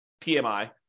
PMI